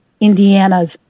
Indiana's